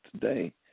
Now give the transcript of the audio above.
today